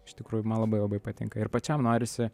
iš tikrųjų man labai labai patinka ir pačiam norisi